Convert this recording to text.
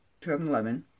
2011